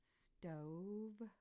stove